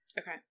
Okay